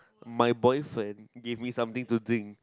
my boyfriend gave me something to drink